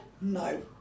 No